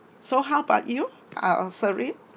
so how about you ah uh serene